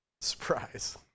Surprise